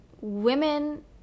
women